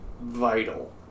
vital